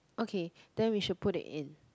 okay then we should put it in